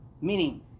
Meaning